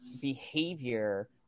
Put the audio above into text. behavior